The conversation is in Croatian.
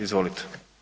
Izvolite.